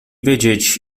wiedzieć